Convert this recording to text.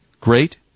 great